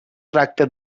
tracta